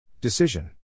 Decision